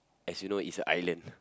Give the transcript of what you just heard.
as you know is a island